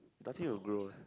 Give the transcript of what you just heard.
nothing will grow